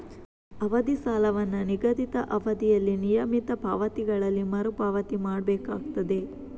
ಅವಧಿ ಸಾಲವನ್ನ ನಿಗದಿತ ಅವಧಿಯಲ್ಲಿ ನಿಯಮಿತ ಪಾವತಿಗಳಲ್ಲಿ ಮರು ಪಾವತಿ ಮಾಡ್ಬೇಕಾಗ್ತದೆ